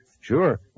Sure